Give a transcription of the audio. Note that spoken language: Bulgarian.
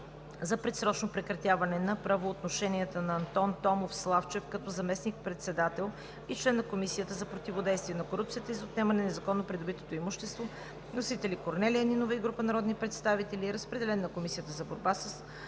за предсрочно прекратяване на правоотношенията на Антон Томов Славчев като заместник-председател и член на Комисията за противодействие на корупцията и за отнемане на незаконно придобитото имущество. Вносители са Корнелия Нинова и група народни представители. Разпределен е на Комисията за борба с